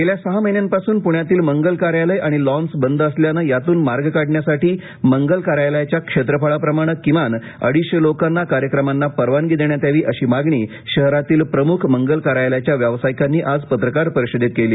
गेले सहा महिन्यांपासून पुण्यातील मंगल कार्यालय आणि लॉन्स बंद असल्याने यातून मार्ग काढण्यासाठी मंगल कार्यालयाच्या क्षेत्रफळाप्रमाणे किमान अडीचशे लोकांना कार्यक्रमांना परवानगी देण्यात यावी अशी मागणी शहरातील प्रमुख मंगल कार्यालयाच्या व्यावसायिकांनी आज पत्रकार परिषदेत केली